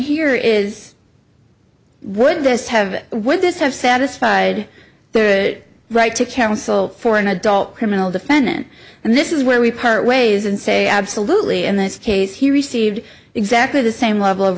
here is would this have it would this have satisfied the right to counsel for an adult criminal defendant and this is where we part ways and say absolutely in this case he received exactly the same level of